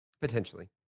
Potentially